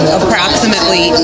approximately